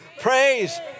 praise